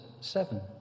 Seven